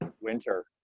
winter